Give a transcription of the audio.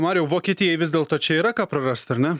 mariau vokietijai vis dėlto čia yra ką prarast ar ne